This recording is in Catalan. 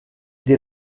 dir